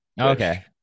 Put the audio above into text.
okay